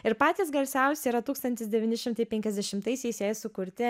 ir patys garsiausi yra tūkstantis devyni šimtai penkiasdešimtaisiais jai sukurti